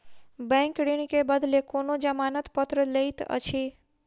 bank ऋण के बदले कोनो जमानत पत्र लैत अछि